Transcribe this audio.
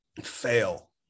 fail